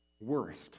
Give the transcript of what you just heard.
worst